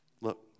look